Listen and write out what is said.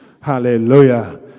Hallelujah